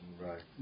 Right